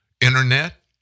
internet